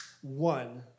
one